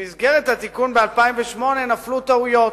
במסגרת התיקון ב-2008 נפלו טעויות.